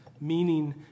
meaning